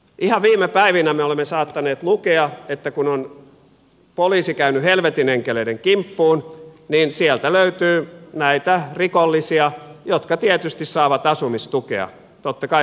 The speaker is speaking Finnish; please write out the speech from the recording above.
ihan viime päivinä me olemme saattaneet lukea että kun poliisi on käynyt helvetin enkeleiden kimppuun niin sieltä on löytynyt näitä rikollisia jotka tietysti saavat asumistukea totta kai väärin perustein